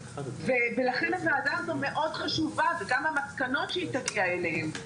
ולכן הוועדה הזו מאוד חשובה וגם המסקנות שהיא תגיע אליהם.